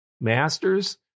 Masters